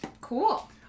Cool